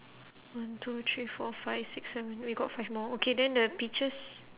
one two three four five six seven we got five more okay then the peaches